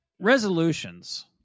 Resolutions